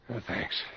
Thanks